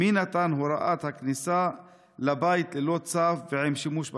3. מי נתן את הוראת הכניסה לבית ללא צו ועם שימוש באלימות?